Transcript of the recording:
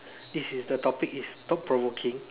this is the topic is thought provoking